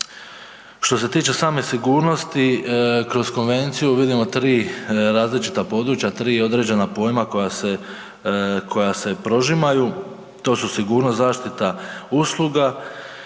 Što se tiče same sigurnosti kroz konvenciju vidimo 3 različita područja, 3 određena pojma koja se, koja se prožimaju, to su sigurnost zaštita usluga